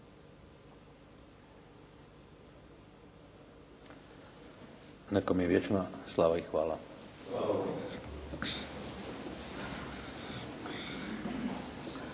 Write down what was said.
Neka mu je vječna slava i hvala.